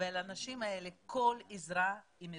ולאנשים האלה כל עזרה מבורכת.